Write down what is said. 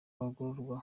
abagororwa